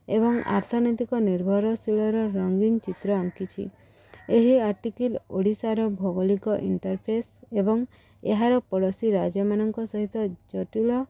ଏବଂ ଆର୍ଥନୈତିକ ନିର୍ଭରଶୀଳର ରଙ୍ଗୀନ ଚିତ୍ର ଆଙ୍କିଛି ଏହି ଆର୍ଟିକଲ ଓଡ଼ିଶାର ଭୌଗୋଳିକ ଇଣ୍ଟରଫେସ୍ ଏବଂ ଏହାର ପଡ଼ୋଶୀ ରାଜ୍ୟମାନଙ୍କ ସହିତ ଜଟିଳ